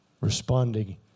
responding